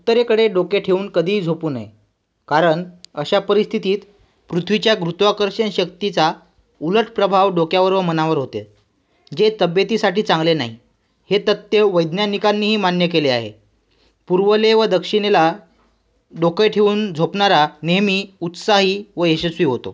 उत्तरेकडे डोके ठेवून कधीही झोपू नये कारण अशा परिस्थितीत पृथ्वीच्या गुरुत्वाकर्षण शक्तीचा उलट प्रभाव डोक्यावर व मनावर होते जे तब्येतीसाठी चांगले नाही हे तथ्य वैज्ञानिकांनीही मान्य केले आहे पूर्वेला व दक्षिणेला डोके ठेवून झोपणारा नेहमी उत्साही व यशस्वी होतो